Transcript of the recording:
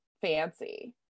fancy